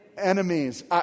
enemies